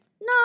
no